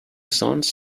sons